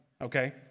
Okay